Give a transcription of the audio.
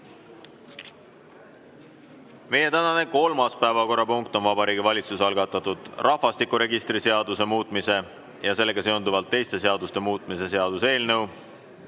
Meie tänane kolmas päevakorrapunkt on Vabariigi Valitsuse algatatud rahvastikuregistri seaduse muutmise ja sellega seonduvalt teiste seaduste muutmise seaduse eelnõu